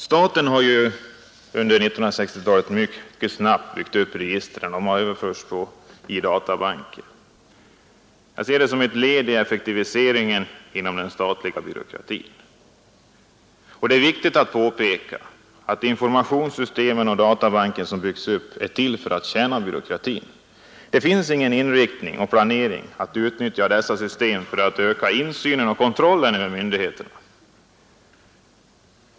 Staten har under 1960-talet mycket snabbt byggt upp ett register som överförts till databanker. Jag ser detta såsom ett led i effektiviseringen av den statliga byråkratin. Det är viktigt att påpeka att utbyggnaden av informationssystemen och databankerna är till för att tjäna byråkratin. Det finns ingen inriktning på att utnyttja dessa system för att öka insynen i och kontrollen över myndigheterna.